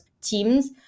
teams